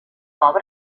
obra